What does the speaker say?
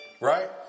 right